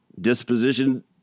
disposition